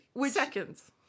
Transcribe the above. Seconds